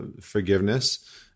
forgiveness